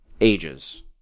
ages